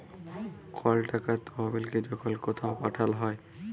call টাকার তহবিলকে যখল কথাও পাঠাল হ্যয়